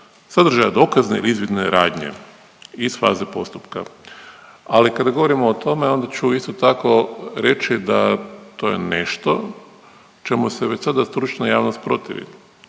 sadržaja dokazne ili izvidne radnje iz faze postupka, ali kada govorimo o tome onda ću isto tako reći da to je nešto čemu se već sada stručna javnost protivi.